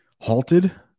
halted